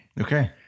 Okay